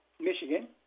Michigan